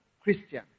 Christian